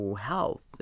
health